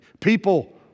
People